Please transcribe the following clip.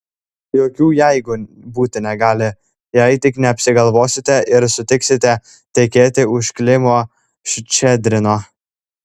jokių jeigu būti negali jei tik neapsigalvosite ir sutiksite tekėti už klimo ščedrino